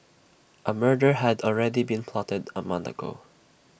A murder had already been plotted A month ago